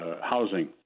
housing